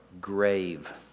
grave